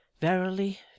verily